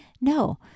No